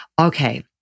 Okay